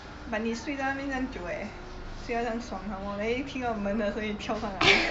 but 你睡在那边这样久 leh 睡到这样爽 some more then 一听到我们的声音跳上来